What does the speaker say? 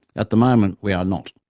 at the moment we are not,